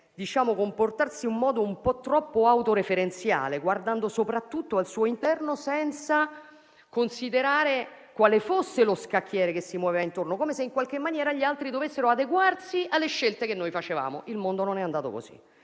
fatto è comportarsi in un modo un po' troppo autoreferenziale, guardando soprattutto al suo interno senza considerare quale fosse lo scacchiere che si muoveva intorno, come se in qualche maniera gli altri dovessero adeguarsi alle scelte che noi facevamo. Il mondo non è andato così,